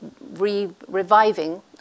reviving